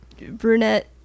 Brunette